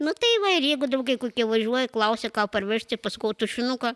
nu tai va ir jeigu draugai kur važiuoja klausia ką parvežti paskau tušinuką